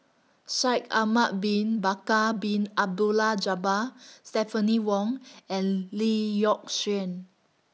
Shaikh Ahmad Bin Bakar Bin Abdullah Jabbar Stephanie Wong and Lee Yock Suan